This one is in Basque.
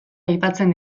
aipatzen